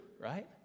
right